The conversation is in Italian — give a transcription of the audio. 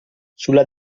sulla